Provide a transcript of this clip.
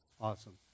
Awesome